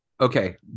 Okay